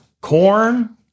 Corn